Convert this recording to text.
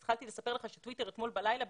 טוויטר אתמול בלילה,